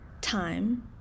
time